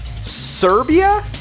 Serbia